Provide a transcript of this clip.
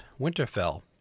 Winterfell